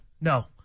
No